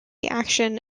action